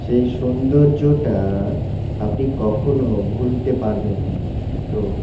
সেই সৌন্দর্যটা আপনি কখনও ভুলতে পারবেন না তো